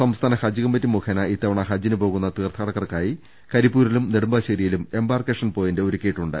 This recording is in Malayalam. സംസ്ഥാന ഹജ്ജ് കമ്മിറ്റി മുഖേനു ഇത്തവണ ഹജ്ജിന് പോകുന്ന തീർഥാടകർക്കായി കരിപ്പൂരിലും നെടുമ്പാശേരിയിലും എംബാർക്കേഷൻ പോയിന്റ് ഒരുക്കിയിട്ടുണ്ട്